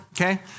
okay